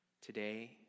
today